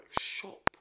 shop